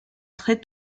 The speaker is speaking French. très